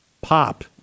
pop